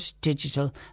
digital